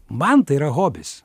man tai yra hobis